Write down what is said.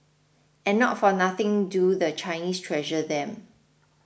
and not for nothing do the Chinese treasure them